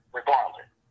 regardless